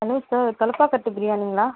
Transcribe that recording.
hello sir Thalappakatti பிரியாணிங்களா